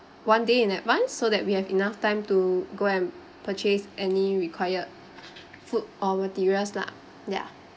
one day in advance so that we have enough time to go and purchase any required food or materials lah ya